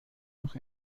noch